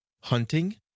hunting